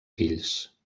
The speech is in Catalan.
fills